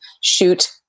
shoot